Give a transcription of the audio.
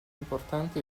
importante